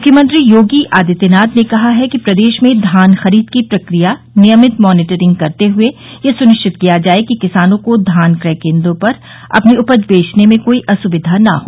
मुख्यमंत्री योगी आदित्यनाथ ने कहा है कि प्रदेश में धान खरीद की प्रक्रिया नियमित मॉनीटरिंग करते हए यह सुनिश्चित किया जाये कि किसानों को धान क्रय केन्द्रों पर अपनी उपज बेचने में कोई असुविधा नहीं हो